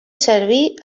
servir